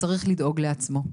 וצריך לדאוג לעצמו.